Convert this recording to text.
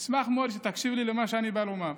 אשמח מאוד אם תקשיב למה שאני בא לומר.